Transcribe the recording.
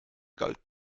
galt